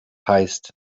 heißt